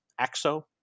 AXO